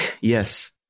Yes